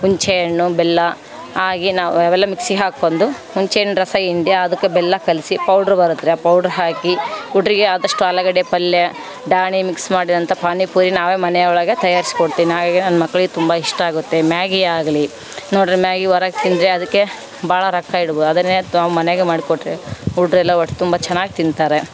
ಹುಣಸೆಹಣ್ಣು ಬೆಲ್ಲ ಹಾಕಿ ನಾವು ಅವೆಲ್ಲ ಮಿಕ್ಸಿ ಹಾಕ್ಕೊಂಡು ಹುಣಸೆಹಣ್ಣು ರಸಹಿಂಡಿ ಅದಕ್ಕೆ ಬೆಲ್ಲ ಕಲಿಸಿ ಪೌಡ್ರು ಬರುತ್ರಿ ಆ ಪೌಡ್ರ್ ಹಾಕಿ ಹುಡ್ರಿಗೆ ಆದಷ್ಟು ಆಲೂಗಡ್ಡೆ ಪಲ್ಯ ಡಾಣಿ ಮಿಕ್ಸ್ ಮಾಡಿದಂಥ ಪಾನಿಪುರಿ ನಾವೇ ಮನೆ ಒಳಗೆ ತಯಾರ್ಸಿ ಕೊಡ್ತೀನಿ ಹಾಗಾಗಿ ನನ್ನ ಮಕ್ಳಿಗೆ ತುಂಬ ಇಷ್ಟಾಗುತ್ತೆ ಮ್ಯಾಗಿಯಾಗಲಿ ನೋಡಿರಿ ಮ್ಯಾಗಿ ಹೊರಗೆ ತಿಂದರೆ ಅದಕ್ಕೆ ಭಾಳ ರೊಕ್ಕ ಇಡ್ಬ ಅದನ್ನೇ ತೊಂ ಮನೆಗೆ ಮಾಡಿಕೊಟ್ರೆ ಹುಡ್ರೆಲ್ಲ ಹೊಟ್ಟೆತುಂಬ ಚೆನ್ನಾಗಿ ತಿಂತಾರೆ